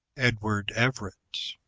edward everett.